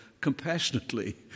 compassionately